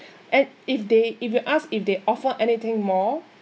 and if they if you ask if they offer anything more